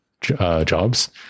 jobs